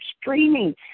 streaming